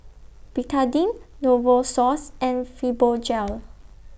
Betadine Novosource and Fibogel